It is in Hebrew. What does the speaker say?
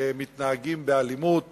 מתנהגים באלימות